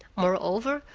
moreover,